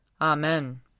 Amen